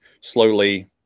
slowly